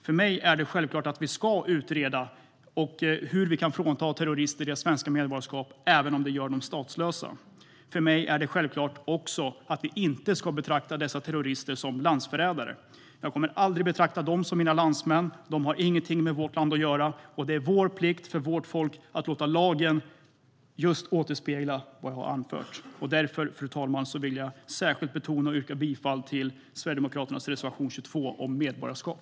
För mig är det självklart att vi ska utreda hur vi kan frånta terrorister deras svenska medborgarskap även om det gör dem statslösa. För mig är det också självklart att vi inte ska betrakta dessa terrorister som landsförrädare. Jag kommer aldrig att betrakta dem som mina landsmän. De har ingenting med vårt land att göra. Det är vår plikt för vårt folk att låta lagen återspegla just vad jag har anfört. Därför, fru talman, vill jag särskilt betona och yrka bifall till Sverigedemokraternas reservation 22 om medborgarskap.